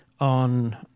On